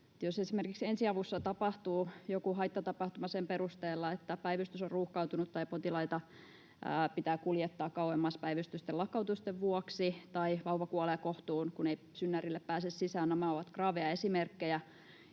ensiavussa tapahtuu joku haittatapahtuma sen perusteella, että päivystys on ruuhkautunut tai potilaita pitää kuljettaa kauemmas päivystysten lakkautusten vuoksi, tai vauva kuolee kohtuun, kun ei synnärille pääse sisään — nämä ovat graaveja esimerkkejä,